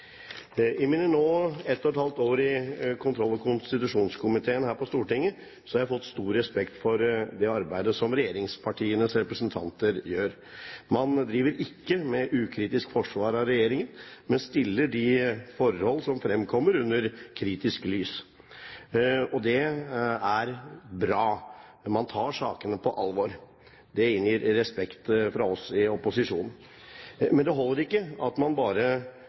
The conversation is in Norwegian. et halvt år i kontroll- og konstitusjonskomiteen her på Stortinget har jeg fått stor respekt for det arbeidet som regjeringspartienes representanter gjør. Man driver ikke med ukritisk forsvar av regjeringen, men stiller de forhold som fremkommer, under et kritisk lys. Det er bra at man tar sakene på alvor. Det inngir respekt fra oss i opposisjonen. Men det holder ikke at man bare